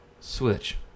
switch